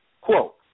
Quote